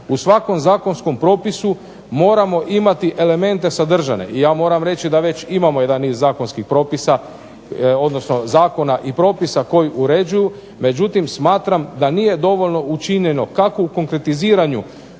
U svakom zakonskom propisu moramo imati elemente sadržane i ja moram reći da već imamo jedan niz zakonskih propisa odnosno zakona i propisa koji uređuju. Međutim smatram da nije dovoljno učinjeno kako u konkretiziranju